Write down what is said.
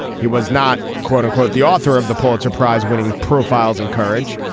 he was not quote unquote the author of the pulitzer prize winning profiles in courage.